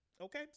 Okay